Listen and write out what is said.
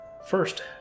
First